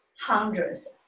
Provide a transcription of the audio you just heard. hundreds